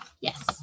Yes